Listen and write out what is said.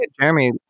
Jeremy